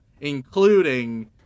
including